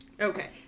Okay